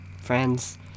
friends